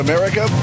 America